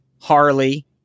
Harley